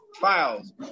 files